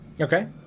Okay